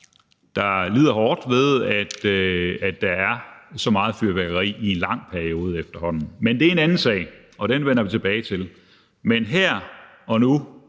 der lider meget ved, at der er så meget fyrværkeri i en efterhånden lang periode. Men det er en anden sag, og den vender vi tilbage til. Men her og nu